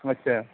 আচ্ছা